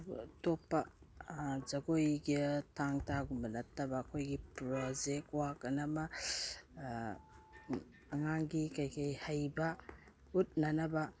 ꯑꯇꯣꯞꯄ ꯖꯒꯣꯏꯒꯤ ꯊꯥꯡ ꯇꯥꯒꯨꯝꯕ ꯅꯠꯇꯕ ꯑꯩꯈꯣꯏꯒꯤ ꯄ꯭ꯔꯣꯖꯦꯛ ꯋꯥꯛꯑꯅ ꯑꯃ ꯑꯉꯥꯡꯒꯤ ꯀꯩ ꯀꯩ ꯍꯩꯕ ꯎꯠꯅꯅꯕ